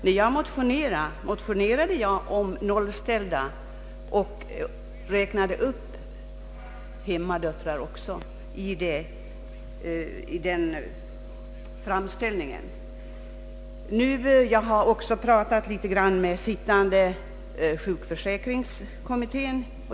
När jag motionerade om de i sjukförsäkringsavseende nollställda medborgarna innefattade jag häri även hemmadöttrarna. Jag har också i detta sammanhang tagit kontakt med den sittande sjukförsäkringskommittén.